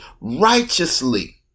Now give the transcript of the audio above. righteously